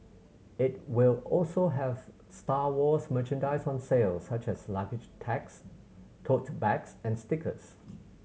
it will also have Star Wars merchandise on sale such as luggage tags tote bags and stickers